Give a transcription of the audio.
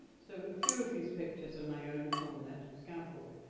so a few of these pictures are my own from that scaffold.